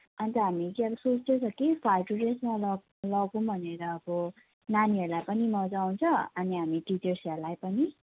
अन्त हामी चाहिँ अब सोच्दै छ कि फाल्टो ड्रेसमा लग लैजाउँ भनेर अब नानीहरूलाई पनि मजा आउँछ अनि हामी टिचर्सहरूलाई पनि